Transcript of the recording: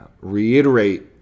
reiterate